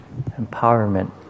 empowerment